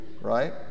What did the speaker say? right